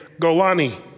Golani